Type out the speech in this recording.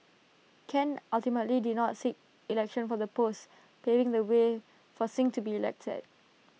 Ken ultimately did not seek election for the post paving the way for Singh to be elected